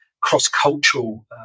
cross-cultural